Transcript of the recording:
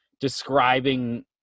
describing